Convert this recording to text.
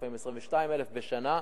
לפעמים 22,000 בשנה,